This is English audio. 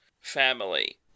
family